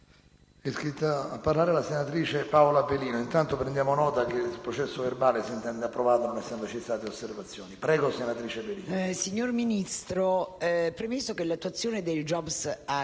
Signor Ministro, premettendo che l'attuazione del *jobs*